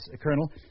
Colonel